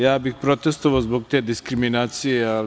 Ja bih protestvovao zbog te diskriminacije, ali